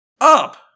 up